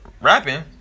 rapping